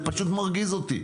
זה פשוט מרגיז אותי.